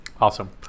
awesome